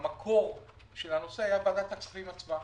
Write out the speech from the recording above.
המקור של הנושא היה ועדת הכספים עצמה.